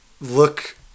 look